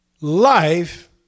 life